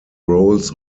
roles